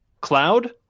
Cloud